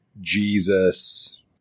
Jesus